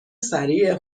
سریع